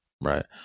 Right